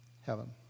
Heaven